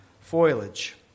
foliage